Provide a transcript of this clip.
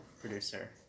producer